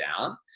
down